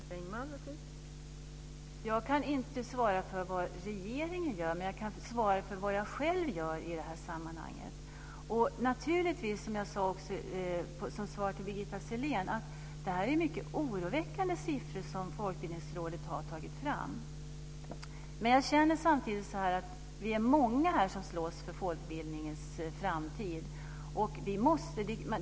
Fru talman! Jag kan inte svara för vad regeringen gör, men jag kan ge besked om vad jag själv gör i det här sammanhanget. Som jag sade i svaret till Birgitta Sellén är det mycket oroväckande siffror som Folkbildningsrådet har tagit fram. Jag känner samtidigt att det är många som slåss för folkbildningens framtid.